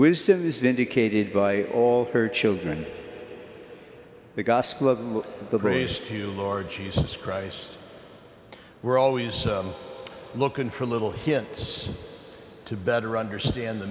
wisdom is indicated by all her children the gospel of the grace to lord jesus christ we're always so looking for a little hints to better understand the